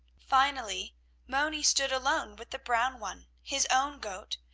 finally moni stood alone with the brown one, his own goat,